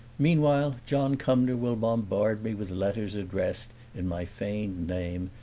meanwhile, john cumnor will bombard me with letters addressed, in my feigned name,